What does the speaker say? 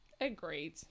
Agreed